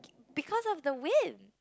because of the wind